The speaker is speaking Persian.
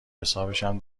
حسابشم